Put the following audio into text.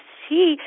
see